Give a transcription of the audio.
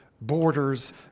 borders